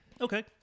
Okay